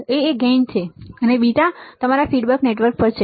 A એ gain છે અને બીટા તમારું ફીડબેક નેટવર્ક છે